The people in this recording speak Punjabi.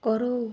ਕਰੋ